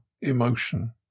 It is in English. emotion